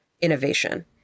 innovation